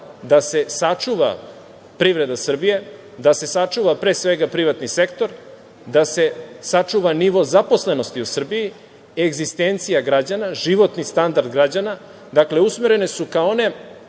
da se sačuva privreda Srbije, da se sačuva, pre svega, privatni sektor, da se sačuva nivo zaposlenosti u Srbiji, egzistencija građana, životni standard građana, dakle, mere su usmerene